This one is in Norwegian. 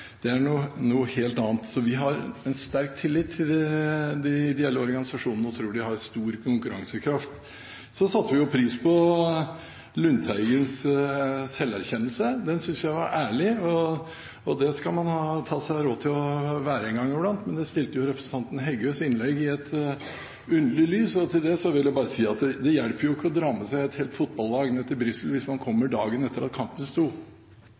Det er noe helt annet. Så vi har en sterk tillit til de ideelle organisasjonene og tror de har stor konkurransekraft. Så satte vi pris på Lundteigens selverkjennelse. Den syntes jeg var ærlig, og det skal man ta seg råd til å være en gang iblant, men det stilte representanten Heggøs innlegg i et underlig lys. Til det vil jeg bare si at det hjelper ikke å dra med seg et helt fotballag ned til Brussel hvis man kommer dit dagen etter at kampen sto.